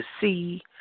see